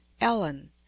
Ellen